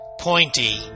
pointy